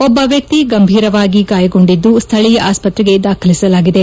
ಒಬ್ಬ ವ್ಯಕ್ತಿ ಗಂಭೀರವಾಗಿ ಗಾಯಗೊಂಡಿದ್ದು ಸ್ಥಳೀಯ ಆಸ್ಪತ್ರೆಗೆ ದಾಖಲಿಸಲಾಗಿದೆ